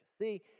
See